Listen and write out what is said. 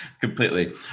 completely